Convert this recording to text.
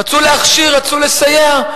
רצו להכשיר ורצו לסייע.